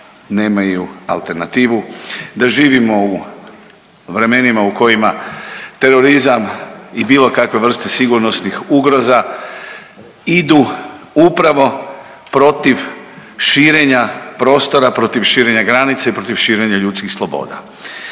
nemaju alternativu, da živimo u vremenima u kojima terorizam i bilo kakve vrste sigurnosnih ugroza idu upravo protiv širenja prostora, protiv širenja granice i protiv širenja ljudskih sloboda.